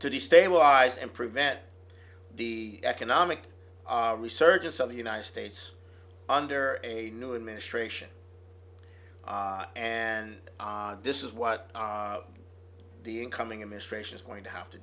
to destabilize and prevent the economic resurgence of the united states under a new administration and this is what the incoming administration is going to have to